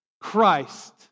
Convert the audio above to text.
Christ